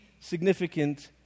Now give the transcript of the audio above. significant